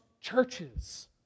churches